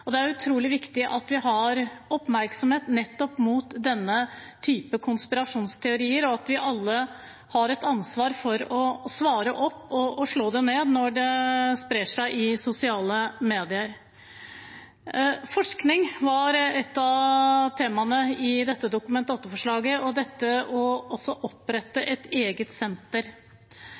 Det er utrolig viktig at vi har oppmerksomhet nettopp mot denne typen konspirasjonsteorier, og at vi alle har et ansvar for å svare på og slå dette ned når det sprer seg i sosiale medier. Forskning var et av temaene i dette Dokument-8-forslaget, og også det å opprette et eget senter.